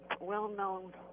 well-known